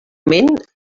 moment